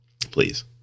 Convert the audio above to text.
please